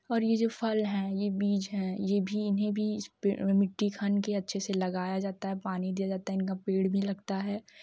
और यह जो फल है यह बीज है यह भी इन्हें भी मिट्टी छानकर अच्छे से लगाया जाता है पानी दिया जाता है इनका पेड़ भी लगता है